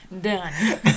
Done